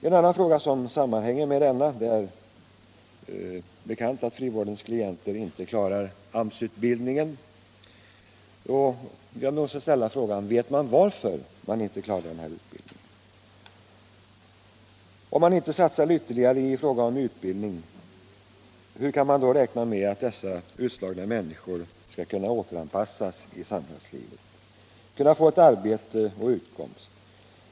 En annan fråga som sammanhänger med denna är att frivårdens klienter som bekant inte klarar AMS-utbildningen. Jag måste ställa frågan om man vet varför de inte gör det. Om man inte satsar ytterligare i fråga om utbildning, hur kan man då räkna med att dessa utslagna människor skall kunna återanpassas i samhällslivet och kunna få arbete och utkomst?